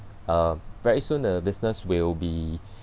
uh very soon the business will be